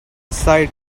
sight